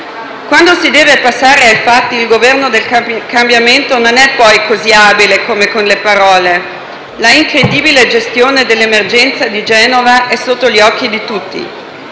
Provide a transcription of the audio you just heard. Quando si deve passare ai fatti, il Governo del cambiamento non è poi così abile come con le parole. La incredibile gestione dell'emergenza di Genova è sotto gli occhi di tutti.